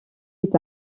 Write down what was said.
est